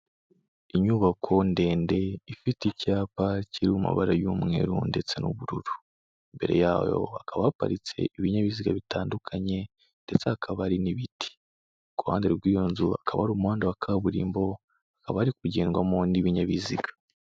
Inyubako ndende ifite icyapa kiri mabara y'umweru ndetse n'ubururu, imbere yayo hakaba haparitse ibinyabiziga bitandukanye ndetse hakaba hari n'ibiti, ku ruhande rw'iyo nzu akaba ari umuhanda wa kaburimbo, hakaba hari kugendwamo n'ibinyabiziga.